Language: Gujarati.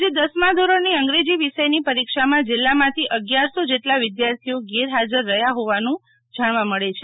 આજે દસમાં ધોરણની અંગ્રેજી વિષયની પેરીક્ષામાં જીલ્લામાંથી અગિયાર સો જેટલા વિધાર્થીઓ ગેરહાજર રહ્યા હોવાના જણવા મળે છે